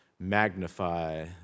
magnify